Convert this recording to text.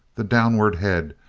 the downward head,